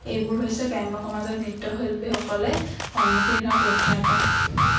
এইবোৰ হৈছে গ্ৰাম্য সমাজৰ নৃত্য শিল্পীসকলে সন্মুখীন হোৱা প্ৰত্যাহ্বান